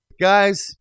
Guys